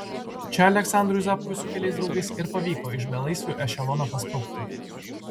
čia aleksandrui zapkui su keliais draugais ir pavyko iš belaisvių ešelono pasprukti